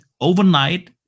overnight